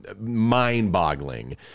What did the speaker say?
mind-boggling